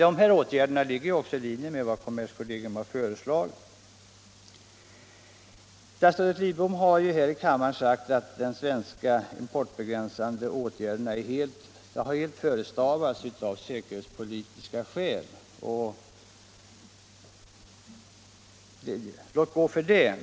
Dessa åtgärder ligger också i linje med vad kommerskollegium föreslagit. Statsrådet Lidbom har här i kammaren sagt att de svenska importbegränsande åtgärderna helt förestavats av säkerhetspolitiska skäl. Låt gå för det.